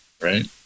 right